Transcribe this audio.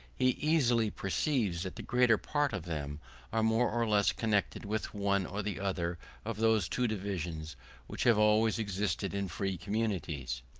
he easily perceives that the greater part of them are more or less connected with one or the other of those two divisions which have always existed in free communities.